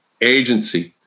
Agency